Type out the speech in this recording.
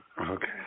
Okay